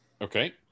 Okay